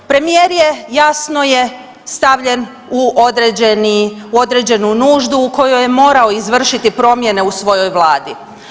Premijer je, jasno je stavljen u određenu nuždu u kojoj je morao izvršiti promjene u svojoj Vladi.